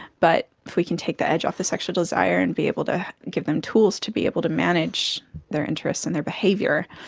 but if we can take the edge off the sexual desire and be able to give them tools to be able to manage their interests and their behaviour,